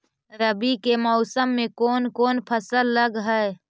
रवि के मौसम में कोन कोन फसल लग है?